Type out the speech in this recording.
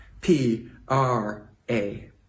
P-R-A